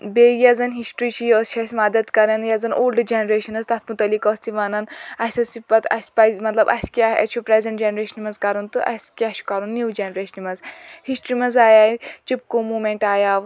بیٚیہِ یۄس زن ہِسٹرٛی چھِ یہِ چھِ اسہِ مَدَد کران یۄس زَن اولڈٕ جنریشن ٲس تتھ متعلق ٲس یہِ ونان اسہِ ٲس یہِ پَتہٕ اسہِ پَزِ مطلب اسہِ کیٛاہ چھُ پرٛیٚزنٛٹ جَنریشنہِ مَنٛز کَرُن تہٕ اسہِ کیٛاہ چھُ کَرُن نِو جنریشنہِ مَنٛز ہِسٹرٛی مَنٛز آیاو چِپکو مومیٚنٛٹ آیاو